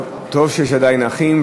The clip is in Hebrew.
טוב שיש עדיין אחים.